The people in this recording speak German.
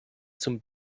zum